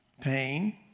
pain